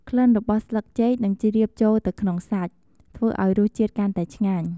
ក្លិនរបស់ស្លឹកចេកនឹងជ្រាបចូលទៅក្នុងសាច់ ធ្វើឱ្យរសជាតិកាន់តែឆ្ងាញ់។